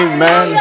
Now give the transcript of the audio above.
Amen